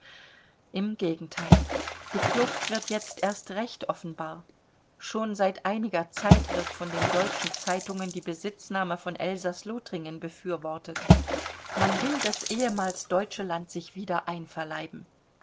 im gegenteil die kluft wird jetzt erst recht offenbar schon seit einiger zeit wird von den deutschen zeitungen die besitznahme von elsaß-lothringen befürwortet man will das ehemals deutsche land sich wieder einverleiben